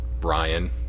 Brian